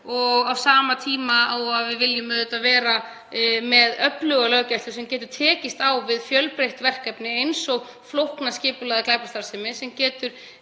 Á sama tíma viljum við vera með öfluga löggæslu sem getur tekist á við fjölbreytt verkefni eins og flókna skipulagða glæpastarfsemi sem getur